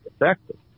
effective